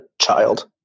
child